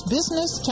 Business